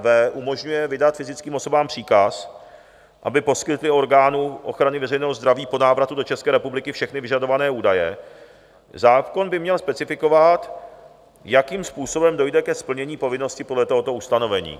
b) umožňuje vydat fyzickým osobám příkaz, aby poskytly orgánům ochrany veřejného zdraví po návratu do České republiky všechny vyžadované údaje, zákon by měl specifikovat, jakým způsobem dojde ke splnění povinnosti podle tohoto ustanovení.